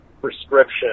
prescription